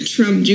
Trump